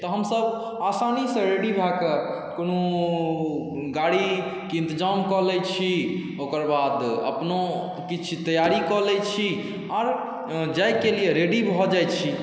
तऽ हमसभ आसानीसँ रेडी भऽ कऽ कोनो गाड़ीके इंतजाम कऽ लै छी ओकर बाद अपनहुँ किछु तैयारी कऽ लै छी आओर जायके लिए रेडी भऽ जाइ छी